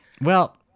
Well-